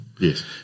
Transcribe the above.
Yes